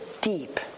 deep